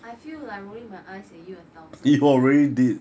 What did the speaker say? I feel like rolling my eyes at you a thousand times